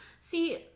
See